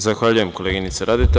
Zahvaljujem, koleginice Radeta.